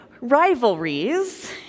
rivalries